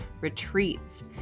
retreats